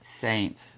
saints